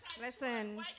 Listen